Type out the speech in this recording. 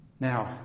Now